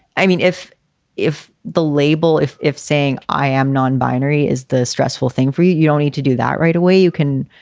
i mean, if if the label if if saying i am non-binary is the stressful thing for you, you don't need to do that right away. you can.